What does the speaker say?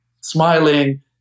smiling